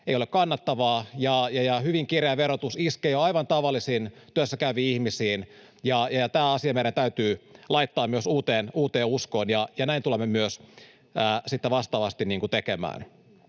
ei ole kannattavaa, ja hyvin kireä verotus iskee jo aivan tavallisiin työssäkäyviin ihmisiin. Tämä asia meidän täytyy laittaa myös uuteen uskoon, ja näin tulemme myös sitten vastaavasti tekemään.